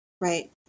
right